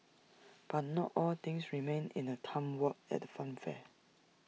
but not all things remain in A time warp at the funfair